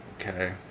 Okay